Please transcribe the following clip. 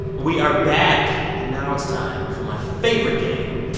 we are back. and now it's time for my favorite game.